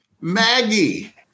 maggie